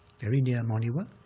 very near monywa,